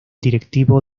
directivo